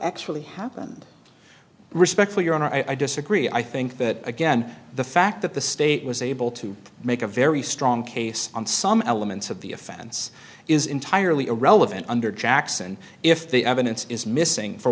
actually happened respectfully your honor i disagree i think that again the fact that the state was able to make a very strong case on some elements of the offense is entirely irrelevant under jackson if the evidence is missing for